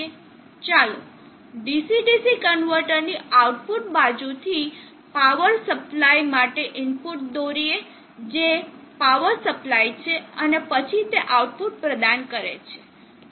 ચાલો DC DC કન્વર્ટરની output બાજુથી પાવર સપ્લાય માટે ઇનપુટ દોરીએ જે પાવર સપ્લાય છે અને પછી તે આઉટપુટ પ્રદાન કરે છે